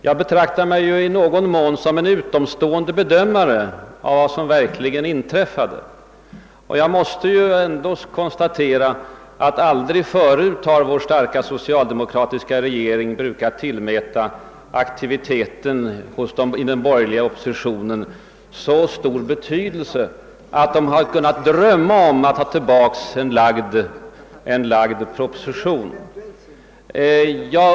Jag betraktar mig i någon mån som en utomstående bedömare av vad som verkligen inträffade, och jag måste konstatera att aldrig förut har vår starka socialdemokratiska regering tillmätt aktiviteten inom den borgerliga oppositionen så stor betydelse att den fått motivera ett tillbakadragande av en lagd proposition.